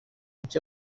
kuki